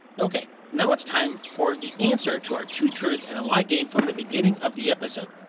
ok, now it's time for the answer to our two truths and a lie game from the beginning of the episode!